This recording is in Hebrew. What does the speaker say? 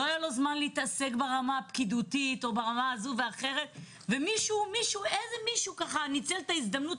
לא היה לו זמן להתעסק ברמת הפקידותית ומישהו ניצל את ההזדמנות